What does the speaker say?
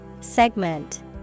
segment